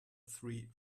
three